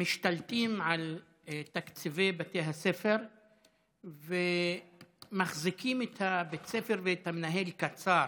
משתלטים על תקציבי בתי הספר ומחזיקים את בית הספר ואת המנהל קצר